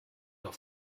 auf